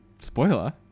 Spoiler